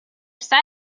set